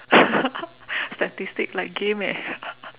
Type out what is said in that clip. statistic like game eh